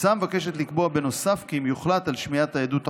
ההצעה מבקשת לקבוע בנוסף כי אם יוחלט על שמיעת העדות החסויה,